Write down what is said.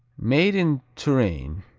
made in touraine